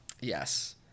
Yes